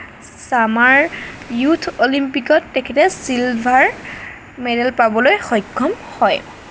summer youth অলিম্পিকত তেখেতে silver medal পাবলৈ সক্ষম হয়